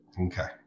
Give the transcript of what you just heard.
Okay